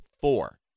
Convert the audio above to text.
four